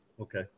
Okay